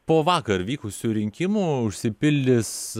po vakar vykusių rinkimų užsipildys